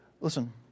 Listen